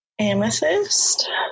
Amethyst